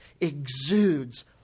exudes